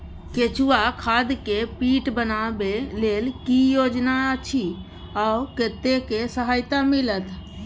केचुआ खाद के पीट बनाबै लेल की योजना अछि आ कतेक सहायता मिलत?